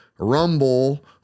rumble